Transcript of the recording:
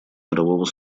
мирового